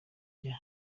rya